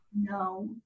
No